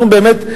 באמת,